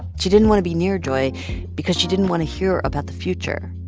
she didn't want to be near joy because she didn't want to hear about the future.